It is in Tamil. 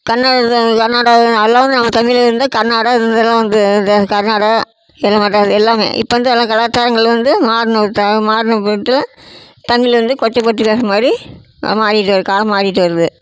கன்ன இது கன்னடம் எல்லாமே நம்ம தமிழில் இருந்து தான் கன்னடம் இது மாரிலாம் வந்து இந்த கன்னடம் இது மட்டும் இல்லை எல்லாமே இப்போ வந்து எல்லா கலாச்சாரங்கள் வந்து மாறுனது தான் மாறுப்பட்டு தமிழ் வந்து கொச்சைப்படுத்தி பேசற மாதிரி மாறிட்டு வருது காலம் மாறிட்டு வருது